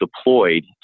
deployed